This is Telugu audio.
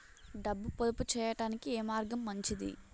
డబ్బు పొదుపు చేయటానికి ఏ మార్గం మంచిది?